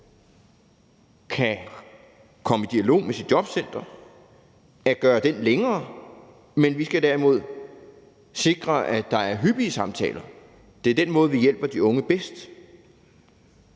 kan komme i dialog med sit jobcenter, længere, men vi skal derimod sikre, at der er hyppige samtaler. Det er den måde, vi hjælper de unge bedst